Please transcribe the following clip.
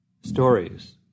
stories